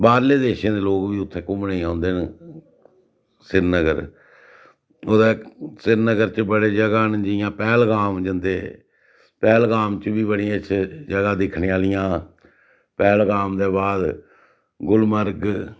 बाह्रें देशें दे लोक बी उत्थे घूमने गी औंदे न श्रीनगर ओह्दे श्रीनगर च बड़ी जगह् न जियां पैहलगाम जंदे पैहलगाम च बड़ियां अच्छियां जगह् दिक्खने आह्लियां पैहलगाम दे बाद गुलमार्ग